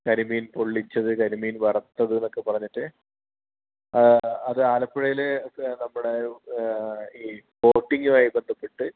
കരിമീൻ പൊള്ളിച്ചത് കരിമീൻ വറുത്തത് എന്നൊക്കെ പറഞ്ഞിട്ട് ആഹ് അത് ആലപ്പുഴയിൽ നമ്മുടെ ഈ ബോട്ടിങ്ങുമായി ബന്ധപ്പെട്ട്